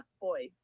boy